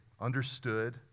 understood